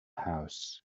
house